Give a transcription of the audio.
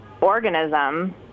organism